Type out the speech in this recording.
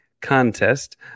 contest